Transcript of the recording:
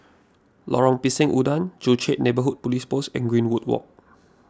Lorong Pisang Udang Joo Chiat Neighbourhood Police Post and Greenwood Walk